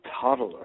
toddler